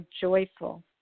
joyful